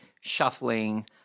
shuffling